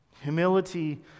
Humility